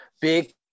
big